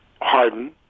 Harden